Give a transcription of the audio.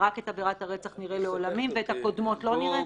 ורק את עבירת הרצח נראה לעולמים ואת הקודמות לא נראה?